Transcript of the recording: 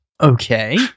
Okay